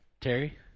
Terry